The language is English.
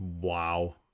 Wow